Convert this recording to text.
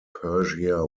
persia